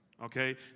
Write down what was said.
Okay